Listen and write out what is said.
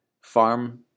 farm